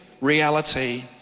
reality